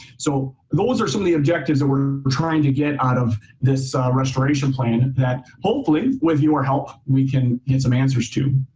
so those are some of the objectives that we're we're trying to get out of this restoration plan that hopefully with your help we can get some answers to.